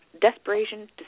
desperation